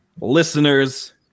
listeners